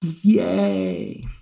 yay